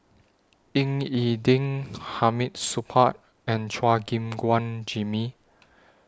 Ying E Ding Hamid Supaat and Chua Gim Guan Jimmy